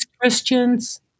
Christians